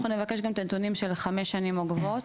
אנחנו נבקש גם את הנתונים של חמש השנים העוקבות,